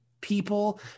people